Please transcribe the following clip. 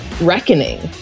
reckoning